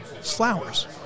flowers